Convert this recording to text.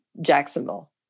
Jacksonville